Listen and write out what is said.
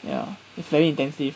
ya it's very intensive